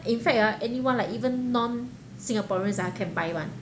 in fact ah anyone like even non singaporeans ah can buy [one]